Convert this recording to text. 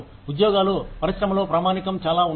ఉద్యోగాలు పరిశ్రమలో ప్రామాణికం చాలా ఉన్నాయి